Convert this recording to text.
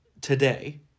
today